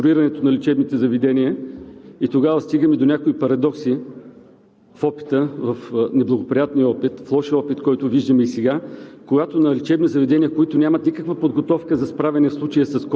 Те не могат да предпишат методиката, по която да се извърши преструктурирането на лечебните заведения и тогава стигаме до някои парадокси в неблагоприятния опит, в лошия опит, който виждаме сега,